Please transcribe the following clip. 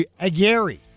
Aguirre